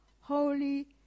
holy